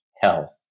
hell